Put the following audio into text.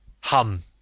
Hum